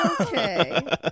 Okay